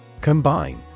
Combine